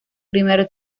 primer